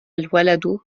الولد